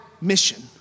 mission